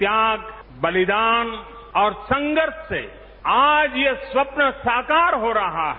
त्याग बलिदान और संघर्ष से आज ये स्वप्न साकार हो रहा है